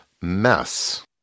Mess